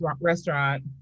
restaurant